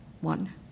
one